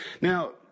Now